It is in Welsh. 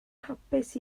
hapus